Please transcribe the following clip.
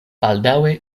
baldaŭe